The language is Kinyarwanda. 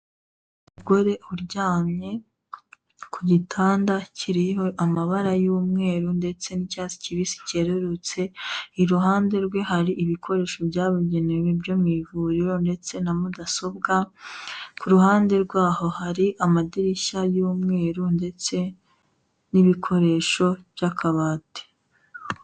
Umugore uryamye, ku gitanda kiriho amabara y'umweru ndetse n'icyatsi kibisi kerurutse, iruhande rwe hari ibikoresho bya bugenewe byo mu ivuriro ndetse na mudasobwa, ku ruhande rwaho hari amadirishya y'umweru ndetse n'ibikoresho by'akabati.